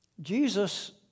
Jesus